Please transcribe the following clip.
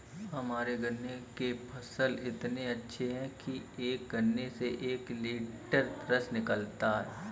हमारे गन्ने के फसल इतने अच्छे हैं कि एक गन्ने से एक लिटर रस निकालता है